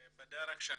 "פידל".